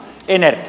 energia